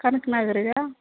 Kanak ನಗರಿಗಾ